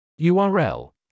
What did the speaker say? url